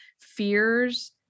fears